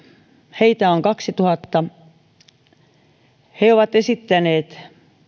heitä on kaksituhatta ovat esittäneet